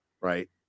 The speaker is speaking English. right